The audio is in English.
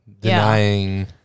denying